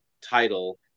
title